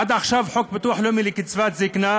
עד עכשיו, חוק ביטוח לאומי, לגבי קצבת זיקנה,